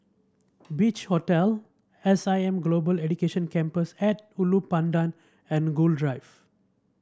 Beach Hotel S I M Global Education Campus at Ulu Pandan and Gul Drive